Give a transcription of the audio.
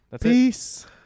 Peace